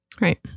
Right